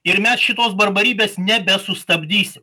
ir mes šitos barbarybės nebesustabdysim